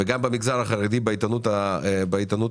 וגם במגזר החרדי בעיתונות המודפסת